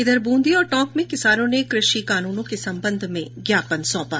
इधर बूंदी और टोंक में किसानों ने कृषि कानूनों के संबंध में ज्ञापन सौंपा